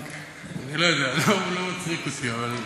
אני לא יודע, הוא לא מצחיק אותי, אבל,